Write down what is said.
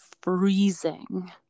freezing